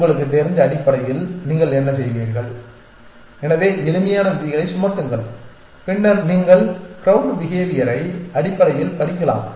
உங்களுக்குத் தெரிந்த அடிப்படையில் நீங்கள் என்ன செய்வீர்கள் எனவே எளிமையான விதிகளைச் சுமத்துங்கள் பின்னர் நீங்கள் க்ரொவ்டு பிஹேவியரை அடிப்படையில் படிக்கலாம்